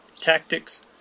tactics